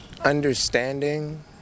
understanding